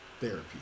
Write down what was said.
therapy